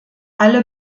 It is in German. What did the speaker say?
alle